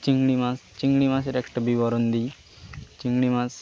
চিংড়ি মাছ চিংড়ি মাছের একটা বিবরণ দিই চিংড়ি মাছ